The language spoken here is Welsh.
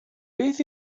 beth